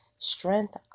strength